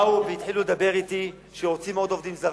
באו והתחילו לדבר אתי שרוצים עובדים זרים,